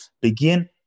begin